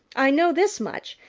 i know this much,